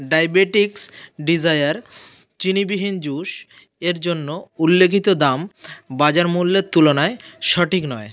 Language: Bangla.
ডায়বেটিক্স ডিজায়ার চিনিবিহীন জুস এর জন্য উল্লেখিত দাম বাজার মূল্যের তুলনায় সঠিক নয়